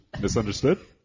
Misunderstood